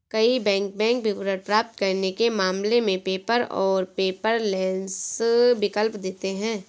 कई bank bank विवरण प्राप्त करने के मामले में पेपर और पेपरलेस विकल्प देते हैं